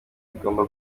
igomba